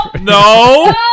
No